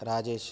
Rajesh